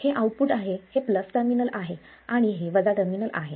हे आउटपुट आहे हे प्लस टर्मिनल आहे आणि हे वजा टर्मिनल आहे